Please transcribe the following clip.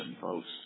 folks